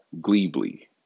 gleebly